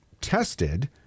tested